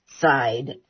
side